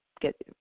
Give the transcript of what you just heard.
get